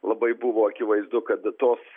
labai buvo akivaizdu kad tos